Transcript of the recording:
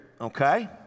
okay